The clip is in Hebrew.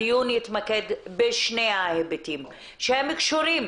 הדיון התמקד בשני ההיבטים שהם קשורים,